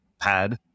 pad